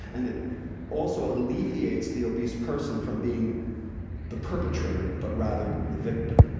and it also alleviates the obese person from being the perpetrator, but rather the victim.